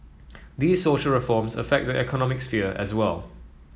these social reforms affect the economic sphere as well